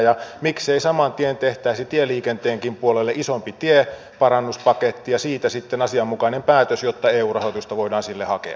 ja miksei saman tien tehtäisi tieliikenteenkin puolelle isompi tienparannuspaketti ja siitä sitten asianmukainen päätös jotta eu rahoitusta voidaan sille hakea